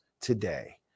today